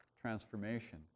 transformation